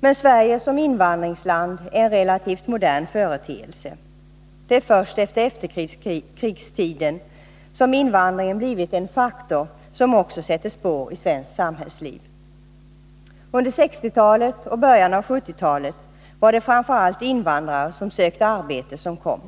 Men Sverige som invandringsland är en relativt modern företeelse. Det är först under efterkrigstiden invandringen blivit en faktor som också sätter spår i svenskt samhällsliv. Under 1960-talet och början av 1970-talet var det framför allt invandrare som sökte arbete som kom.